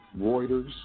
Reuters